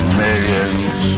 millions